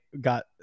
got